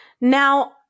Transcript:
now